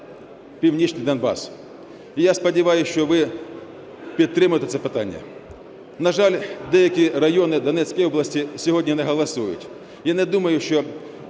північний Донбас. І я сподіваюсь, що ви підтримаєте це питання. На жаль, деякі райони в Донецькій області сьогодні не голосують. Я не думаю, що